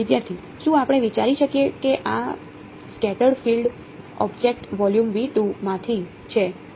વિદ્યાર્થી શું આપણે વિચારી શકીએ કે આ સ્કેટર્ડ ફીલ્ડ ઑબ્જેક્ટ વોલ્યુમ માંથી છે